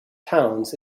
towns